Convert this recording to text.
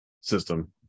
system